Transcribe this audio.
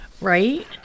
Right